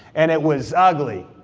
and it was ugly.